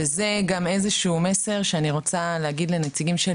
וזה גם מסר שאני רוצה להעביר לנציגים של